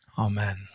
Amen